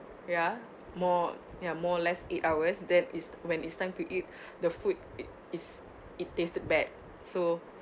ya more ya more less eight hours then is when it's time to eat the food it is it tasted bad so